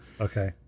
okay